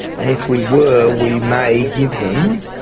and if we were we may give them,